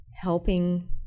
helping